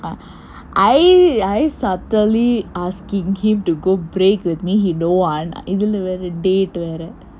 I I subtly asking him to go break with me he don't want இதுல வேற:ithula veera date வேற:veera